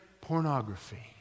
pornography